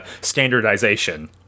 standardization